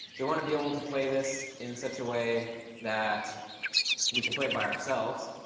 we want to be able to play this in such a way that we can play by ourselves.